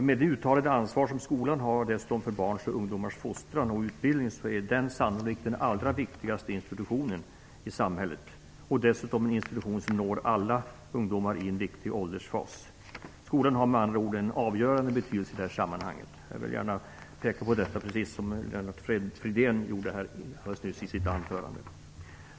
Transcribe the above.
Med det uttalade ansvar som skolan har för barns och ungdomars fostran och utbildning är skolan sannolikt den allra viktigaste institutionen i samhället. Det är dessutom en institution som når alla ungdomar i en viktig åldersfas. Skolan har med andra ord en avgörande betydelse i det här sammanhanget. Jag vill gärna peka på det, precis som Lennart Fridén gjorde alldeles nyss i sitt anförande.